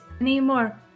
anymore